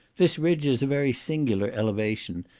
this ridge is a very singular elevation,